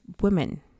women